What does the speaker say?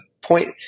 point